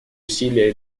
усилия